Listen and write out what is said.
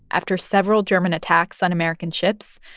after several german attacks on american ships,